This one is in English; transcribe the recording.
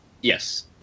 Yes